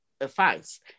advice